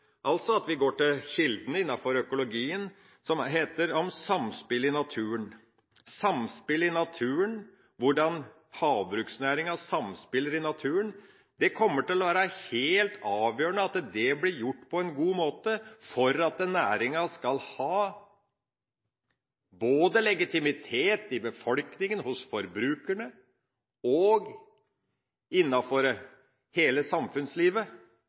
altså at vi går til kilden innenfor økologien, som handler om samspillet i naturen. Samspillet i naturen, hvordan havbruksnæringa samspiller i naturen, kommer til å være helt avgjørende med tanke på at det blir gjort på en god måte, for at næringa skal ha legitimitet både i befolkninga, hos forbrukerne og innenfor hele samfunnslivet,